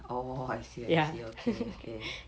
orh I see I see okay okay